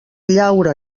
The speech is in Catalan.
llaura